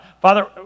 Father